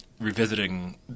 revisiting